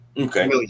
Okay